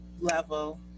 level